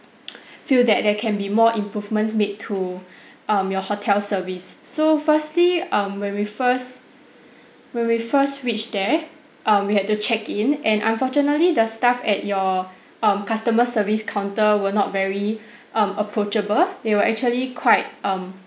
feel that there can be more improvements made to um your hotel service so firstly um when we first when we first reach there um we had to check in and unfortunately the staff at your um customer service counter were not very um approachable they were actually quite um